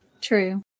True